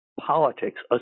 politics